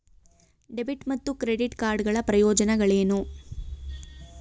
Debit ಮತ್ತು credit card ಗಳ ಪ್ರಯೋಜನಗಳೇನು?